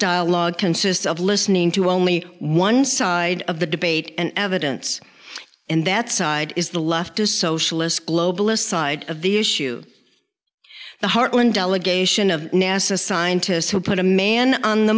dialogue consists of listening to only one side of the debate and evidence and that side is the leftist socialist globalist side of the issue the hartland delegation of nasa scientists who put a man on the